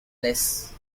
less